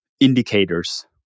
indicators